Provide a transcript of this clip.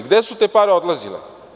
Gde su te pare odlazile?